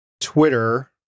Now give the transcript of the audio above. Twitter